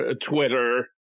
Twitter